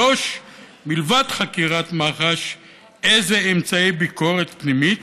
3. מלבד חקירת מח"ש איזה אמצעי ביקורת פנימית